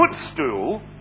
footstool